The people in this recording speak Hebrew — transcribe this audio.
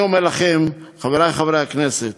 אני אומר לכם, חברי חברי הכנסת,